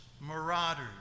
marauders